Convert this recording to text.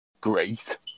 great